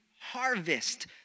harvest